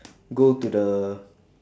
go to the